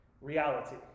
reality